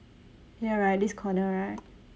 ya right this corner right